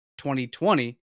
2020